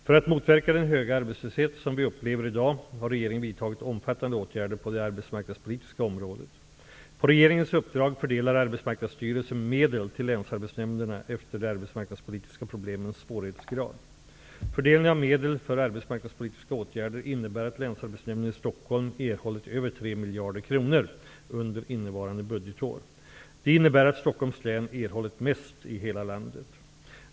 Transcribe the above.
För att motverka den höga arbetslöshet som vi upplever i dag har regeringen vidtagit omfattande åtgärder på det arbetsmarknadspolitiska området. Arbetsmarknadsstyrelsen medel till länsarbetsnämnderna efter de arbetsmarknadspolitiska problemens svårighetsgrad. Fördelningen av medel för arbetsmarknadspolitiska åtgärder innebär att länsarbetsnämnden i Stockholm erhållit över 3 miljarder kronor under innevarande budgetår. Det innebär att Stockholms län erhållit mest i hela landet.